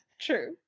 True